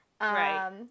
Right